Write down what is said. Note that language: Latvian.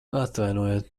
atvainojiet